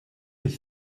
les